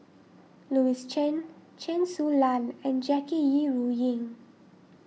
Louis Chen Chen Su Lan and Jackie Yi Ru Ying